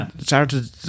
started